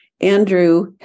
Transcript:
Andrew